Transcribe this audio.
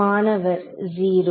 மாணவர் 0